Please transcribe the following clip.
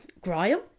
Graham